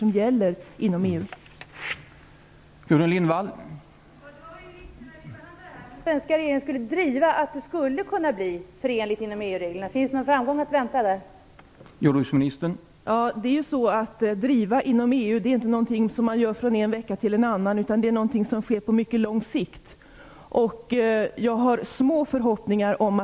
Finns det någon framgång att vänta i det avseendet?